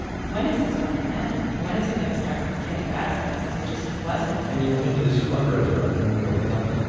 when is this going to end? when is it going to start getting better? because it just wasn't and you went into this fundraiser right, into the coat closet?